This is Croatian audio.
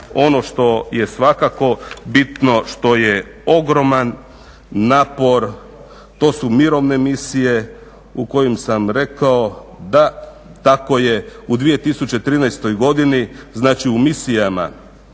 ono što je svakako bitno, što je ogroman napor, to su mirovne misije u kojima sam rekao da, tako je, u 2013. godini, znači u misijama